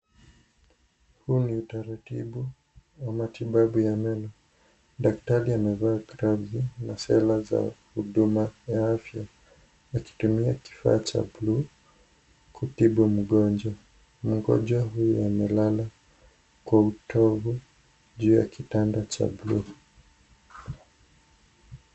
Huyu ni utaratibu wa matibabu ya meno, daktari amevaa glavu na sera za huduma ya afya akitumia kifaa cha buluu kutibu mgonjwa, mgonjwa huyu amelala kwa utovu juu ya kitanda cha buluu.